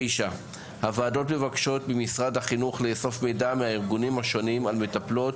הוועדות מבקשות ממשרד החינוך לאסוף מידע מהארגונים השונים על מטפלות